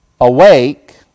Awake